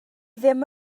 ddim